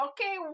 okay